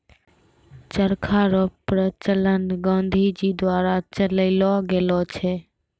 चरखा रो प्रचलन गाँधी जी द्वारा चलैलो गेलो छै